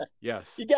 Yes